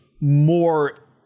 more